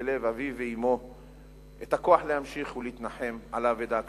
בלב אביו ואמו את הכוח להמשיך ולהתנחם על האבדה הכבדה.